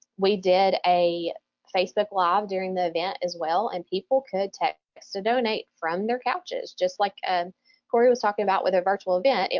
we did a facebook live during the event as well and people could text to donate from their couches, just like ah corey was talking about with a virtual event.